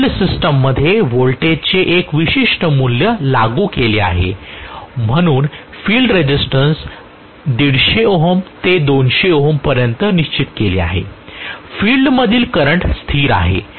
मी field सिस्टममध्ये व्होल्टेजचे एक विशिष्ट मूल्य लागू केले आहे म्हणून फील्ड रेझिस्टन्स 150 ओहम ते 200 ओहम पर्यंत निश्चित केले आहे फील्ड मधील करंट स्थिर आहे